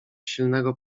silnego